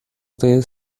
debes